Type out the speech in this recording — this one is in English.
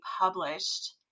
published